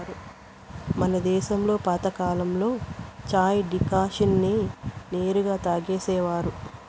మన దేశంలో పాతకాలంలో చాయ్ డికాషన్ నే నేరుగా తాగేసేవారు